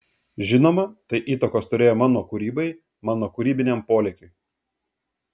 žinoma tai įtakos turėjo mano kūrybai mano kūrybiniam polėkiui